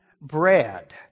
bread